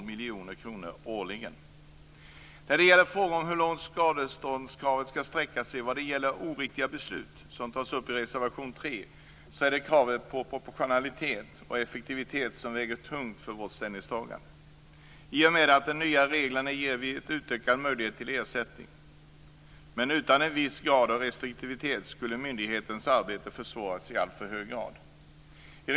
I och med den nya regleringen ger vi utökade möjligheter till ersättning, men utan en viss grad av restriktivitet skulle myndigheternas arbete försvåras i alltför hög grad.